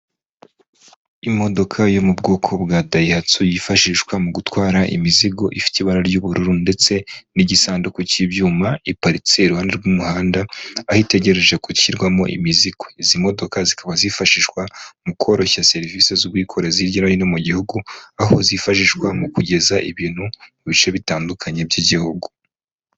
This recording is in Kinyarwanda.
Imodoka yo mu bwoko bwa dayihatsu yifashishwa mu gutwara imizigo ifite ibara ry'ubururu ndetse n'igisanduku cy'ibyuma iparitse iruhande rw'umuhanda, aho itegereje gushyirwamo imizigo. Izi modoka zikaba zifashishwa mu kworoshya serivisi z'ubwikorezi hirya no hino mu gihugu. Aho zifashishwa mu kugeza ibintu mu bice bitandukanye by'igihugu.